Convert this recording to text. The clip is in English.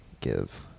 give